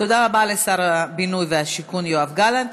תודה רבה לשר הבינוי והשיכון יואב גלנט.